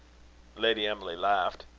lady emily laughed.